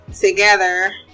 together